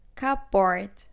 cupboard